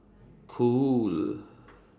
Cool